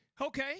Okay